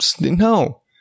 no